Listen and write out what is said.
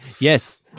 Yes